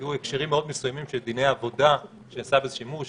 היו הקשרים מאוד מסוימים של דיני עבודה שנעשה בזה שימוש,